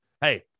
hey